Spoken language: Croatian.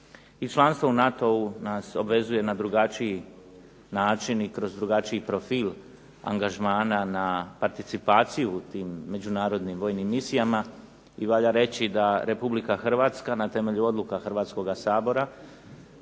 članstvo u NATO-u nas obvezuje na drugačiji način i kroz drugačiji profil angažmana na participaciju u tim međunarodnim vojnim misijama. I valja reći da Republike Hrvatska na temelju odluka Hrvatskoga sabora